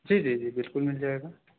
جی جی جی بالکل مِل جائے گا